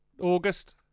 august